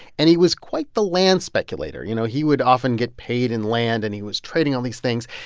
and he was quite the land speculator. you know, he would often get paid in land, and he was trading all these things.